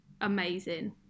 Amazing